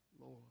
Lord